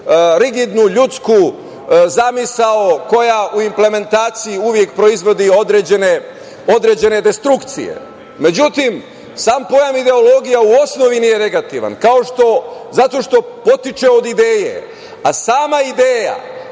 rigidnu ljudsku zamisao koja u implementaciji uvek proizvodi određene destrukcije. Međutim, sam pojam ideologija u osnovi nije negativan, zato što potiče od ideje, a sama ideja